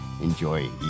Enjoy